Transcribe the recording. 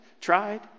tried